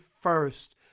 first